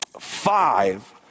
five